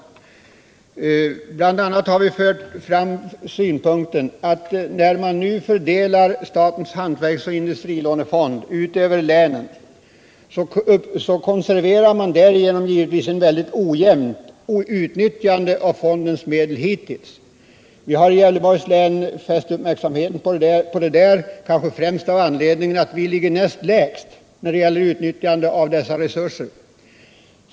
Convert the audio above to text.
Vi har bl.a. anfört synpunkten att när man nu fördelar statens hantverksoch industrilånefond ut över länen, så konserverar man givetvis därigenom ett mycket ojämnt utnyttjande av fondens medel. Vi har i Gävleborgs län fäst uppmärksamheten på detta, kanske främst av den anledningen att vi ligger näst lägst när det gäller utnyttjande av dessa resurser.